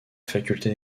faculté